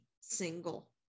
single